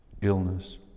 illness